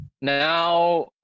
now